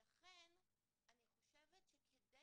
לכן אני חושבת שכדי